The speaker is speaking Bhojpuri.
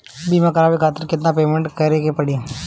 बीमा करावे खातिर केतना पेमेंट करे के पड़ी?